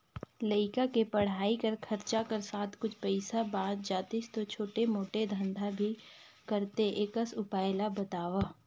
लइका के पढ़ाई कर खरचा कर साथ कुछ पईसा बाच जातिस तो छोटे मोटे धंधा भी करते एकस उपाय ला बताव?